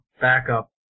backup